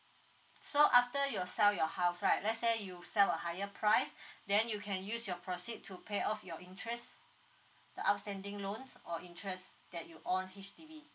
so after your sell your house right let say you sell a higher price then you can use your proceed to pay off your interest the outstanding loans or interests that you own H_D_B